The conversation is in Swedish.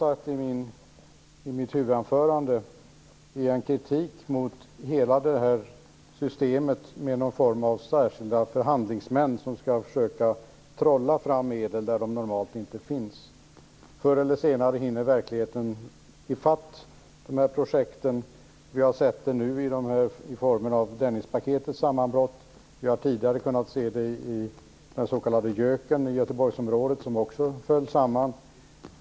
I mitt huvudanförande har jag uttryckt kritik mot systemet med särskilda förhandlingsmän som skall försöka trolla fram medel där de normalt inte finns. Förr eller senare hinner verkligheten i fatt projekten. Vi har nu sett det i form av Dennispaketets sammanbrott. Vi har tidigare kunnat se det i den s.k. Göken i Göteborgsområdet, som också föll samman.